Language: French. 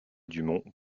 dumont